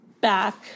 back